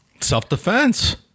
Self-defense